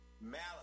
malice